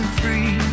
free